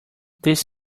this